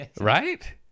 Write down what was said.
Right